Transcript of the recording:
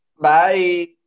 Bye